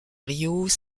riault